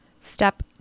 Step